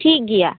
ᱴᱷᱤᱠ ᱜᱮᱭᱟ